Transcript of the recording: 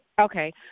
Okay